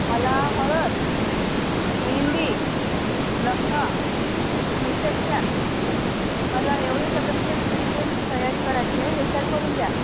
मला हळद मेहेंदी लग्न रिसेप्शन मला एवढे सगळे म्हणजे म्हणजे तिथे म्हणजे तयारी करायचे हेअरस्टाईल करून द्या